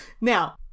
Now